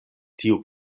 tiu